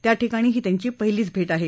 त्या ठिकाणी ही त्यांची पाहिलीच भेट आहे